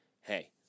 hey